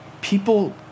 people